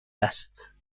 است